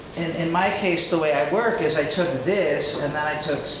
in my case, the way i work is i took this and then i took,